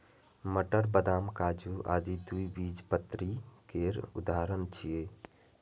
मटर, बदाम, काजू आदि द्विबीजपत्री केर उदाहरण छियै